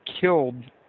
killed